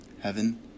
heaven